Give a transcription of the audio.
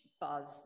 buzz